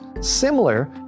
similar